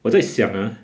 我在想 ah